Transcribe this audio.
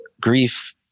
grief